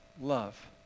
love